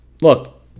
look